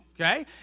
Okay